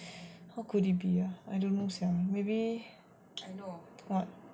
what could it be ah I don't know sia maybe what